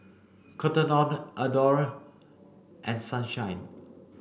Cotton On Adore and Sunshine